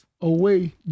away